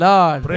Lord